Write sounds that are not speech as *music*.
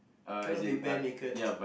*noise* cannot be bare naked *noise*